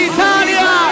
Italia